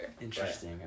interesting